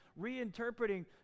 reinterpreting